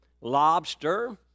lobster